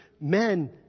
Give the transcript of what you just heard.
men